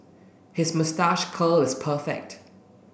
his moustache curl is perfect